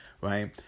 right